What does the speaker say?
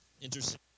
Interesting